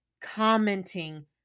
commenting